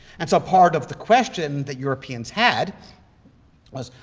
and so part of the question that europeans had was,